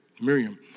Miriam